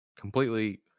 completely